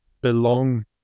belong